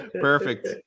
perfect